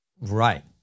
Right